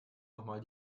nochmal